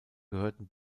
gehörten